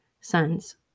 sons